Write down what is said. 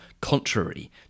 contrary